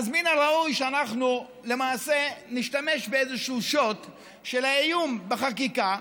אז מן הראוי שאנחנו למעשה נשתמש באיזשהו שוט של איום בחקיקה,